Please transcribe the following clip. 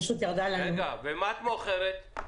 סליחה, מה את מוכרת?